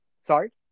Sorry